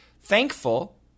thankful